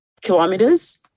kilometers